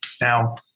Now